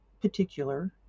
particular